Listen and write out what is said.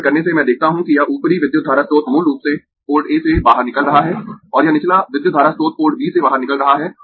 ऐसा करने से मैं देखता हूं कि यह ऊपरी विद्युत धारा स्रोत मूल रूप से पोर्ट A से बाहर निकल रहा है और यह निचला विद्युत धारा स्रोत पोर्ट B से बाहर निकल रहा है